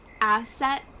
asset